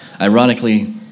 ironically